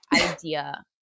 idea